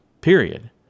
Period